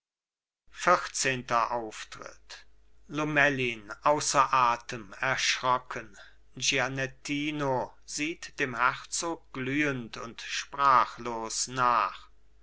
vierzehnter auftritt lomellin außer atem erschrocken gianettino sieht dem herzog glühend und sprachlos nach